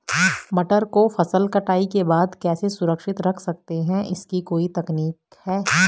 मटर को फसल कटाई के बाद कैसे सुरक्षित रख सकते हैं इसकी कोई तकनीक है?